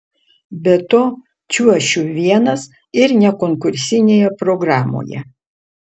be to čiuošiu vienas ir ne konkursinėje programoje